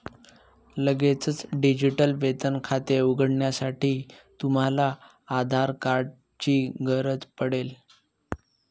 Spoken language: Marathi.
लगेचच डिजिटल वेतन खाते उघडण्यासाठी, तुम्हाला आधार कार्ड ची गरज पडेल